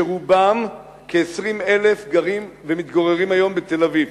שרובם, כ-20,000, גרים היום בתל-אביב.